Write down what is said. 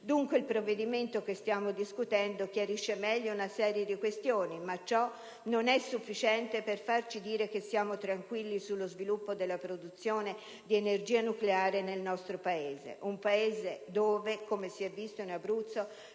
Dunque, il provvedimento che stiamo discutendo chiarisce meglio una serie di questioni, ma ciò non è sufficiente per farci dire che siamo tranquilli sullo sviluppo della produzione di energia nucleare nel nostro Paese. Un Paese dove, come si è visto in Abruzzo,